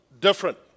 different